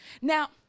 now